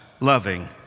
loving